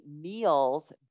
meals